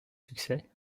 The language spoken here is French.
succès